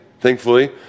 thankfully